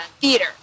theater